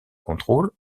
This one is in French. contrôle